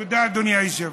תודה, אדוני היושב-ראש.